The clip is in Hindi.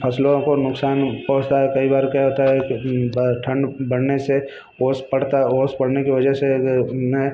फ़सलों को नुकसान पहुँचता है कई बार क्या होता है कि बड़ ठंड बढ़ने से ओस पड़ता है ओस पड़ने के वजह से अगर मैं